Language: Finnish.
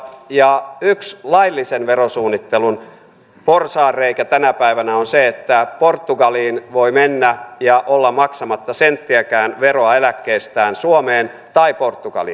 ja yksi laillisen verosuunnittelun porsaanreikä tänä päivänä on se että portugaliin voi mennä ja olla maksamatta senttiäkään veroa eläkkeestään suomeen tai portugaliin